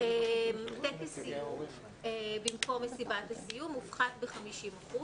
טקס סיום במקום מסיבת הסיום הופחת ב-50%.